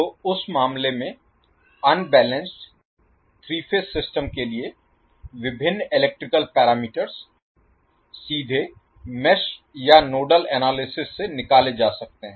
तो उस मामले में अनबैलेंस्ड 3 फेज सिस्टम के लिए विभिन्न इलेक्ट्रिकल पैरामीटर्स सीधे मेष या नोडल एनालिसिस से निकाले जा सकते हैं